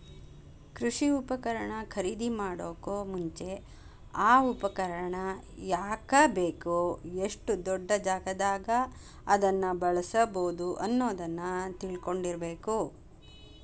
ಕೃಷಿ ಉಪಕರಣ ಖರೇದಿಮಾಡೋಕು ಮುಂಚೆ, ಆ ಉಪಕರಣ ಯಾಕ ಬೇಕು, ಎಷ್ಟು ದೊಡ್ಡಜಾಗಾದಾಗ ಅದನ್ನ ಬಳ್ಸಬೋದು ಅನ್ನೋದನ್ನ ತಿಳ್ಕೊಂಡಿರಬೇಕು